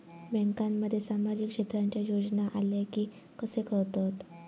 बँकांमध्ये सामाजिक क्षेत्रांच्या योजना आल्या की कसे कळतत?